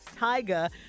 Tyga